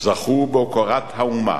זכו בהוקרת האומה,